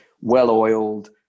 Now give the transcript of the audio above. well-oiled